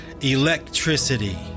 Electricity